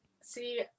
See